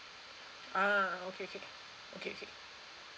ah okay okay okay okay